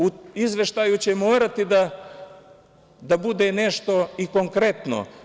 U izveštaju će morati da bude nešto i konkretno.